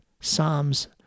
psalms